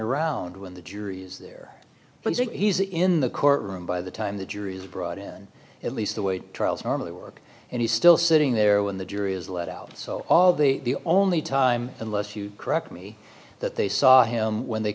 around when the jury is there but he's in the courtroom by the time the jury is brought in at least the way trials normally work and he still sitting there when the jury is let out so all the only time unless you correct me that they saw him when they